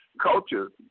culture